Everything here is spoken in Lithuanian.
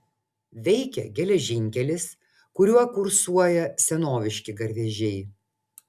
veikia geležinkelis kuriuo kursuoja senoviški garvežiai